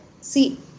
see